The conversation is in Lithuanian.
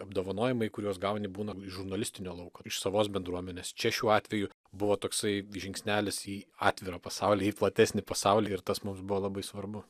apdovanojimai kuriuos gauni būna iš žurnalistinio lauko iš savos bendruomenės čia šiuo atveju buvo toksai žingsnelis į atvirą pasaulį į platesnį pasaulį ir tas mums buvo labai svarbu